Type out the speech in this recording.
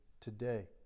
today